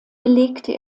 belegte